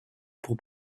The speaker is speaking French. pour